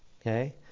Okay